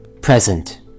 present